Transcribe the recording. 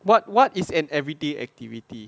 what what is an everyday activity